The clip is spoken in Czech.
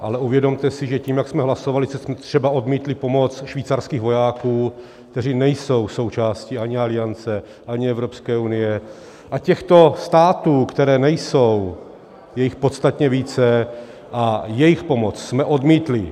Ale uvědomte si, že tím, jak jsme hlasovali, že jsme třeba odmítli pomoc švýcarských vojáků, kteří nejsou součástí ani Aliance, ani Evropské unie, a těchto států, které nejsou, je jich podstatně více, a jejich pomoc jsme odmítli.